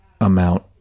amount